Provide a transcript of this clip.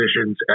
positions